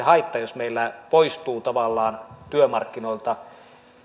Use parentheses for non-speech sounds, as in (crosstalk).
(unintelligible) haitta jos meillä poistuu tavallaan työmarkkinoilta